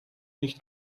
nicht